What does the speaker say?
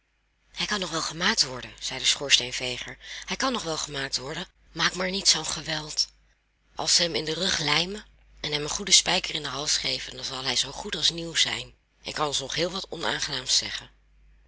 hij kan nog wel gemaakt worden zei de schoorsteenveger hij kan nog wel gemaakt worden maak maar niet zoo'n geweld als ze hem in den rug lijmen en hem een goeden spijker in den hals geven dan zal hij zoo goed als nieuw zijn en kan ons nog heel wat onaangenaams zeggen